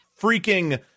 freaking